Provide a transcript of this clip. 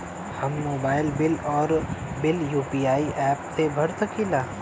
हम mobile bill और bill UPI app से भर सकिला